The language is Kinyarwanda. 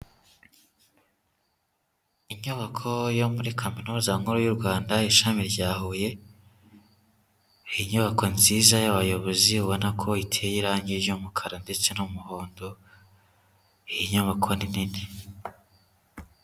Inyubako yo muri Kaminuza nkuru y'u Rwanda ishami rya Huye, inyubako nziza y'abayobozi ubona ko iteye irange ry'umukara ndetse n'umuhondo, iyi nyubako ni nini.